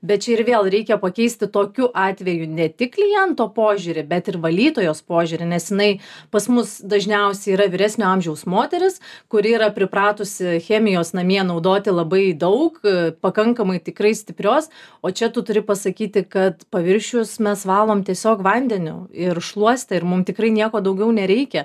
bet čia ir vėl reikia pakeisti tokiu atveju ne tik kliento požiūrį bet ir valytojos požiūrį nes jinai pas mus dažniausiai yra vyresnio amžiaus moteris kuri yra pripratusi chemijos namie naudoti labai daug pakankamai tikrai stiprios o čia tu turi pasakyti kad paviršius mes valom tiesiog vandeniu ir šluoste ir mum tikrai nieko daugiau nereikia